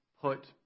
put